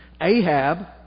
Ahab